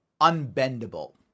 unbendable